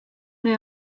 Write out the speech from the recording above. neu